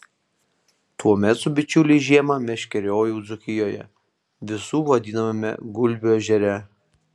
tuomet su bičiuliais žiemą meškeriojau dzūkijoje visų vadinamame gulbių ežere